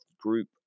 group